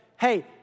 hey